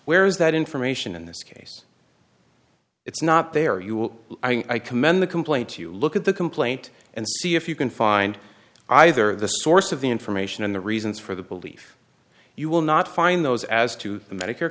where's that information in this case it's not there you will i commend the complaint you look at the complaint and see if you can find either the source of the information and the reasons for the belief you will not find those as to the medicare